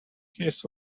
his